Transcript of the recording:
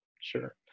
sure